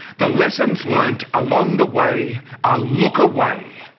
the lessons learnt along the way are look away.